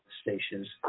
stations